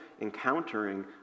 encountering